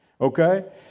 okay